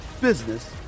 business